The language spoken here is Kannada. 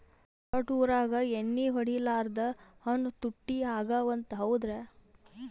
ದೊಡ್ಡ ಊರಾಗ ಎಣ್ಣಿ ಹೊಡಿಲಾರ್ದ ಹಣ್ಣು ತುಟ್ಟಿ ಅಗವ ಅಂತ, ಹೌದ್ರ್ಯಾ?